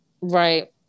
right